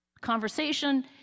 Conversation